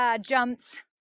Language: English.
Jumps